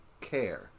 care